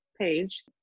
page